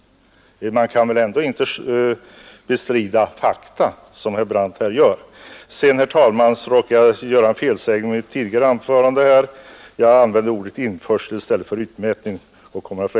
Man kan väl inte bestrida fakta, som herr Brandt här gör.